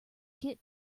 get